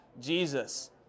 Jesus